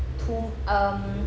to um